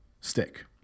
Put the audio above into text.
stick